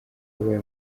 yabaye